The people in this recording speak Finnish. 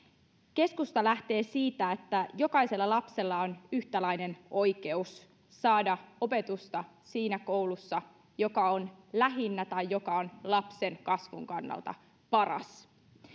keskusta lähtee siitä että jokaisella lapsella on yhtäläinen oikeus saada opetusta siinä koulussa joka on lähinnä tai joka on lapsen kasvun kannalta paras